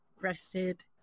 rested